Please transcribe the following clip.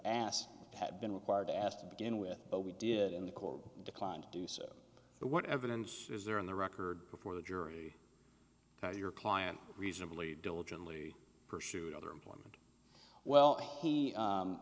asked had been required to ask to begin with but we did in the court declined to do so what evidence is there in the record before the jury how your client reasonably diligently pursued other employment well he